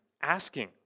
asking